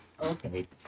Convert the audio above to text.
Okay